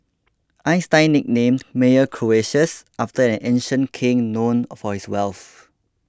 Einstein nicknamed Meyer Croesus after an ancient king known for his wealth